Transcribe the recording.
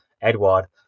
Edward